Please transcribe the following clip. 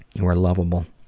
you are loveable.